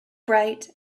bright